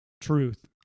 truth